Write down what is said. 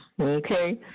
Okay